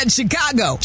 Chicago